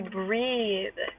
breathe